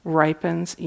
ripens